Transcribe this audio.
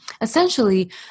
essentially